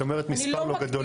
את אומרת מספר לא גדול.